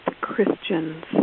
Christians